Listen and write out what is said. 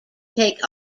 take